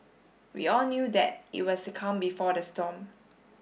we all knew that it was the calm before the storm